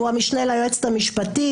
שהוא המשנה ליועצת המשפטית.